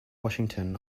washington